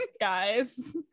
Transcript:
guys